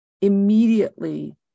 immediately